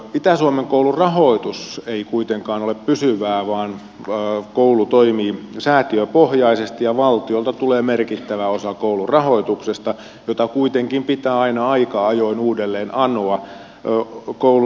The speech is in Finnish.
itä suomen koulun rahoitus ei kuitenkaan ole pysyvää vaan koulu toimii säätiöpohjaisesti ja valtiolta tulee merkittävä osa koulun rahoituksesta jota kuitenkin pitää aina aika ajoin uudelleen anoa